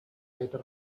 later